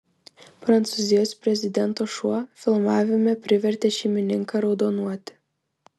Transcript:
prancūzijos prezidento šuo filmavime privertė šeimininką raudonuoti